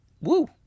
Woo